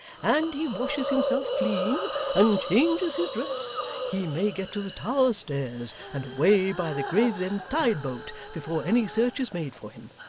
and he washes himself clean and changes his dress, he may get to the tower stairs, and away by the gravesend tide-boat, before any search is made for him.